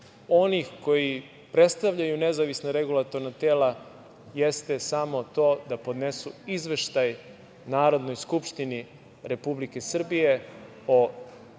onih koji predstavljaju nezavisna regulatorna tela jeste samo to da podnesu izveštaj Narodnoj skupštini Republike Srbije